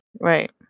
Right